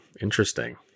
interesting